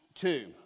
two